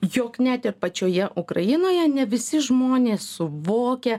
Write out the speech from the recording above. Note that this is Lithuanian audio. jog net ir pačioje ukrainoje ne visi žmonės suvokia